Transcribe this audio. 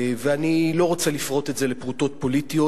ואני לא רוצה לפרוט את זה לפרוטות פוליטיות.